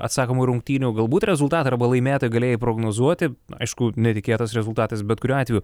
atsakomų rungtynių galbūt rezultatą arba laimėtą galėjai prognozuoti aišku netikėtas rezultatas bet kuriuo atveju